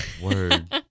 Word